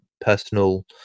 personal